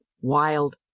wild